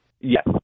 Yes